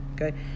Okay